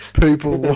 People